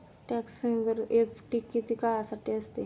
Tax saver FD किती काळासाठी असते?